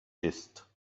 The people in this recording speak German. ist